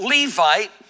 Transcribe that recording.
Levite